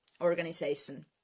organization